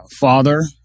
father